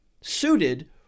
suited